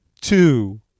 Two